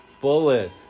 Bullet